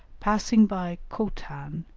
passing by khotan,